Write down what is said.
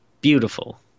beautiful